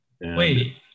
Wait